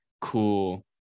cool